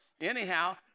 Anyhow